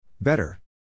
Better